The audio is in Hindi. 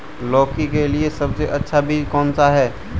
लौकी के लिए सबसे अच्छा बीज कौन सा है?